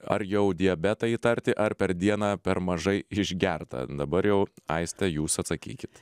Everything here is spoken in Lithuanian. ar jau diabetą įtarti ar per dieną per mažai išgerta dabar jau aiste jūs atsakykit